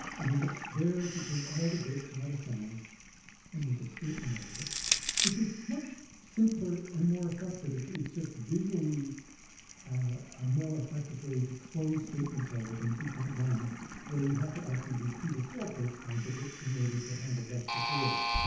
i mean it's there to take all the bits not assigned and make a statement out of it which is much simpler and more effective it's it's just visually a more effective way to close statements are than two point one where you have to actually repeat a sales rights composite in order to handle rest of world.